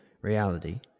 reality